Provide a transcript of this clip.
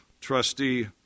Trustee